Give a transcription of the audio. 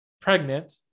pregnant